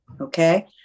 okay